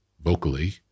vocally